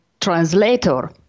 translator